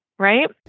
Right